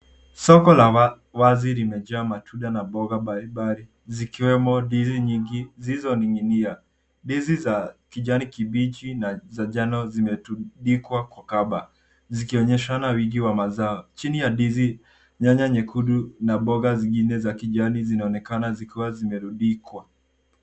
Soko la wazi limejaa matunda na mboga mbalimbali zikiwemo ndizi nyingi zilizoning'inia. Ndizi za kijani kibichi na za njano zimetundikwa kwa kamba, zikionyeshana wingi wa mazao. Chini ya ndizi nyanya nyekundu na mboga zingine za kijani zinaonekana zikiwa zimerundikwa.